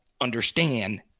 understand